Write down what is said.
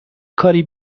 کاری